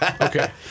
Okay